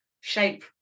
shape